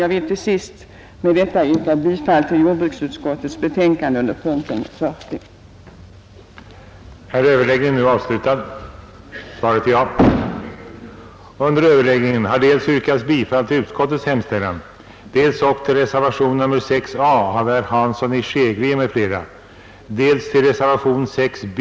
Jag vill till sist med det anförda yrka bifall till utskottets hemställan under punkten 40 i jordbruksutskottets betänkande.